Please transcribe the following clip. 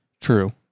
True